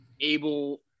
able